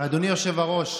אדוני היושב-ראש,